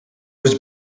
was